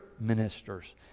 ministers